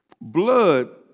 blood